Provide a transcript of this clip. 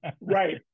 right